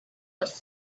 was